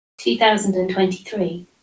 2023